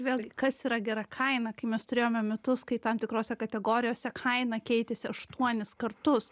vėlgi kas yra gera kaina kai mes turėjome metus kai tam tikrose kategorijose kaina keitėsi aštuonis kartus